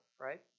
right